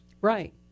Right